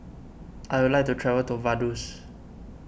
I would like to travel to Vaduz